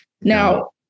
Now